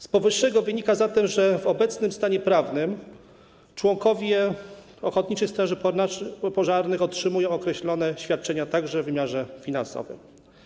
Z powyższego wynika zatem, że w obecnym stanie prawnym członkowie ochotniczych straży pożarnych otrzymują określone świadczenia także w wymiarze finansowym.